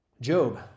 Job